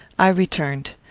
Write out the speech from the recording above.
i returned.